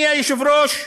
לכן, אדוני היושב-ראש,